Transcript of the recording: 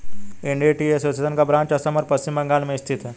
Indian tea association का branch Assam और पश्चिम बंगाल में स्थित है